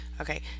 Okay